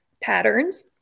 patterns